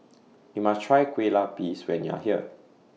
YOU must Try Kue Lupis when YOU Are here